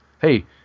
hey